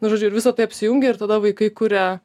nu žodžiu ir visa tai apsijungia ir tada vaikai kuria